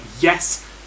yes